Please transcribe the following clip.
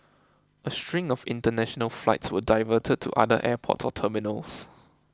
a string of international flights were diverted to other airports or terminals